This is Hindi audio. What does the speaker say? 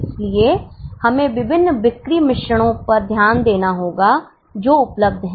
इसलिए हमें विभिन्न बिक्री मिश्रणों पर ध्यान देना होगा जो उपलब्ध हैं